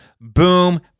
boom